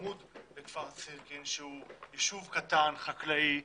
בצמוד לכפר סירקין, שהוא יישוב קטן, חקלאי,